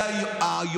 במחאה.